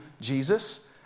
Jesus